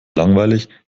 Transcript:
langweilig